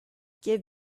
give